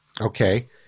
Okay